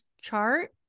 chart